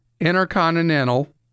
Intercontinental